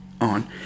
on